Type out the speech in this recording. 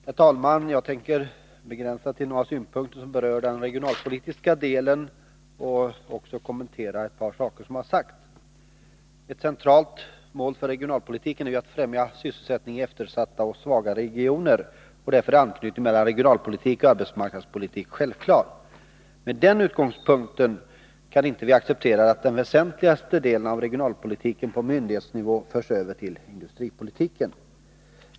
Herr talman! Jag tänker begränsa mig till att anföra några synpunkter som berör den regionalpolitiska delen och kommentera en del av vad som har sagts. Ett centralt mål för regionalpolitiken är att främja sysselsättningen i eftersatta och svaga regioner. Därför är anknytningen mellan regionalpolitik och arbetsmarknadspolitik självklar. Med den utgångspunkten kan vi inte acceptera att den väsentligaste delen av regionalpolitiken på myndighetsnivå förs över till industripolitiken.